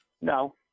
No